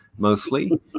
Mostly